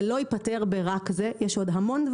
זה לא ייפתר ברק זה,